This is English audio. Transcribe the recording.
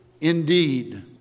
indeed